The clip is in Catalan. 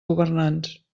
governants